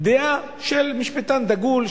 דעה של משפטן דגול,